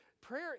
Prayer